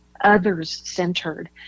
others-centered